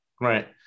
Right